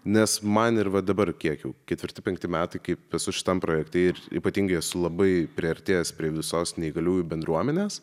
nes man ir va dabar kiek jau ketvirti penkti metai kaip esu šitam projekte ir ypatingai esu labai priartėjęs prie visos neįgaliųjų bendruomenės